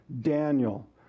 Daniel